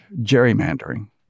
gerrymandering